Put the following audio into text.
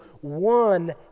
one